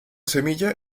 semilla